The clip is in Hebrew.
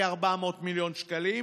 כ-400 מיליון שקלים?